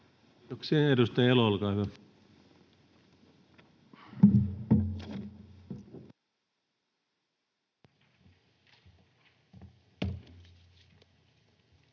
Kiitos.